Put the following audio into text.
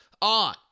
On